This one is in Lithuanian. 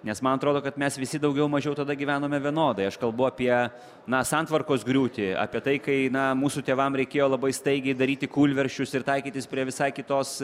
nes man atrodo kad mes visi daugiau mažiau tada gyvenome vienodai aš kalbu apie na santvarkos griūtį apie tai kai na mūsų tėvam reikėjo labai staigiai daryti kūlversčius ir taikytis prie visai kitos